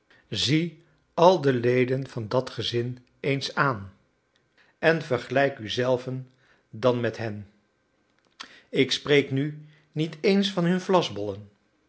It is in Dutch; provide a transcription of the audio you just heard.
zie al de leden van dat gezin eens aan en vergelijk u zelven dan met hen ik spreek nu niet eens van hun